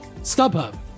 StubHub